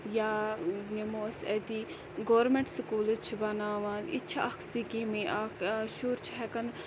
یا نِمو أسۍ أتی گورمنٹ سُکوٗلٕز چھِ بَناوان یہِ چھ اکھ سِکیٖمے اکھ شُرۍ چھِ ہیٚکان فری